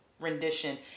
rendition